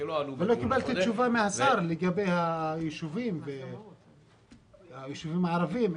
היא לא תוכל לבחור רק את הבניינים הגבוהים שקמו במדינת ישראל משנת 2000